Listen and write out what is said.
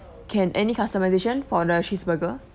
can any customisation for the cheeseburger